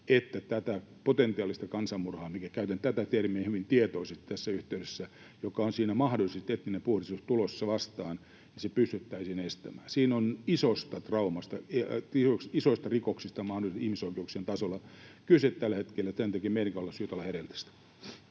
tämä potentiaalinen kansanmurha — käytän tätä termiä hyvin tietoisesti tässä yhteydessä, jossa on siis mahdollisuus, että etninen puhdistus on tulossa vastaan — pystyttäisiin estämään. Siinä on isosta traumasta, mahdollisesti isoista rikoksista ihmisoikeuksien tasolla kyse tällä hetkellä. Tämän takia meidänkin on syytä olla hereillä